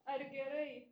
ar gerai